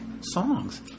songs